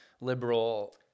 liberal